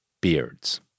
beards